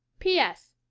p s.